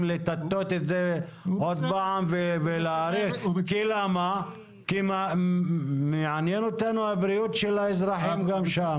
לטאטא את זה עוד פעם ולהאריך כי מעניינת אותנו הבריאות של האזרחים גם שם.